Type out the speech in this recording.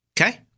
Okay